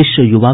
विश्व युवा